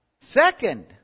Second